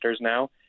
now